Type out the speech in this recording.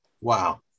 Wow